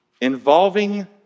Involving